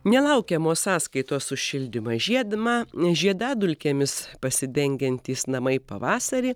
nelaukiamos sąskaitos už šildymą žiedma žiedadulkėmis pasidengiantys namai pavasarį